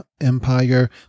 Empire